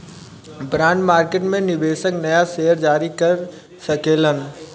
bond market में निवेशक नाया शेयर जारी कर सकेलन